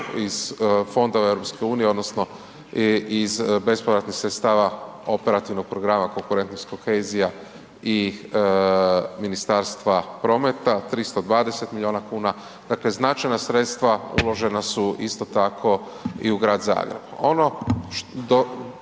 iz fondova EU odnosno iz bespovratnih sredstava Operativnog programa Konkurentnost i kohezija i Ministarstva prometa 320 milijuna kuna, dakle, značajna sredstva uložena su isto tako i u grad Zagreb.